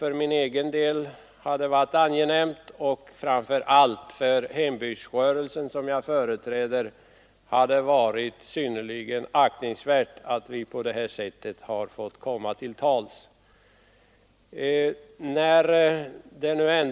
För min egen del har det varit angenämt, och för hembygdsrörelsen, som jag företräder, har det varit aktningsvärt att få komma till tals på detta sätt.